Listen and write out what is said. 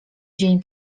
dzień